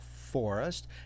forest